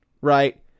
right